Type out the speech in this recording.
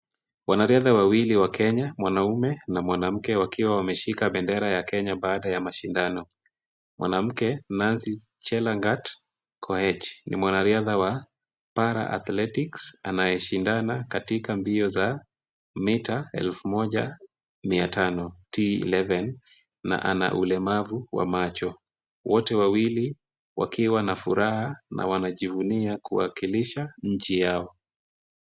Wanariadha wawili wa Kenya mwanaume na mwanamke wakiwa wameshika bendera ya Kenya baada ya mashindano, mwanamke Nancy Chelagat koech ni mwanariadha Para- Athletics anayeshindana katika mbio za mita 1500 T11 na ana ulemavu wa macho, wote wawili wakiwa na furaha na wanajivunia kuwakilisha nchi yao.